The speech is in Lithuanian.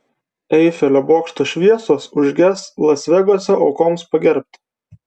eifelio bokšto šviesos užges las vegaso aukoms pagerbti